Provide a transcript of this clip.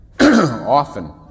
often